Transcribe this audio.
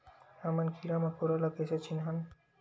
हमन कीरा मकोरा ला कइसे चिन्हन?